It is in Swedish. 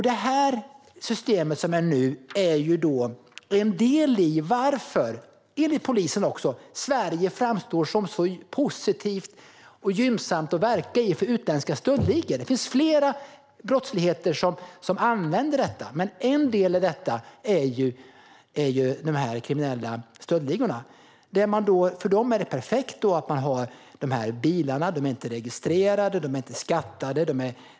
Det här systemet som nu finns är en orsak till att Sverige framstår som så positivt och gynnsamt - också enligt polisen - att verka i för utländska stöldligor. Det finns olika sorters brottslighet inom vilka man använder detta. En del handlar om de kriminella stöldligorna. För dem är det perfekt att ha dessa bilar som inte är registrerade eller skattade för.